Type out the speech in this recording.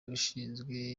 ushinzwe